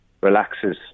relaxes